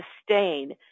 sustain